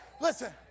Listen